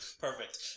Perfect